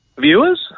viewers